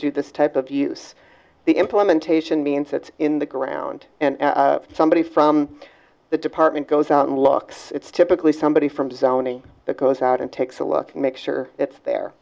do this type of use the implementation means that's in the ground and somebody from the department goes on looks it's typically somebody from zoning that goes out and takes a look and make sure it's there